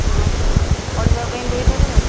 ହଁ ପଢ଼ିବା ପାଇଁ ଦେଇ ପାରିବେ